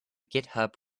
github